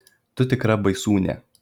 tu tikra baisūnė